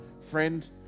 Friend